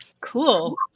Cool